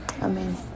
Amen